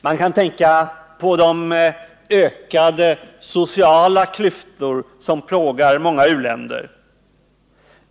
Man kan också tänka på de ökade sociala klyftor som plågar många u-länder.